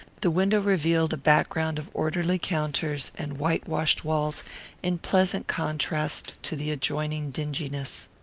the window revealed a background of orderly counters and white-washed walls in pleasant contrast to the adjoining dinginess.